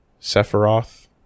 Sephiroth